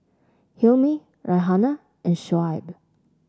Hilmi Raihana and Shoaib